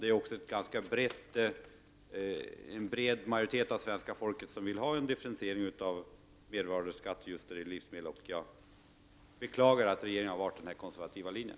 Det är också en ganska bred majoritet av svenskarna som vill ha en differentiering av mervärdeskatten just när det gäller livsmedel. Jag beklagar att regeringen har valt den här konservativa linjen.